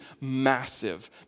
massive